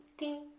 d,